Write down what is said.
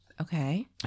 Okay